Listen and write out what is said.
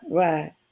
right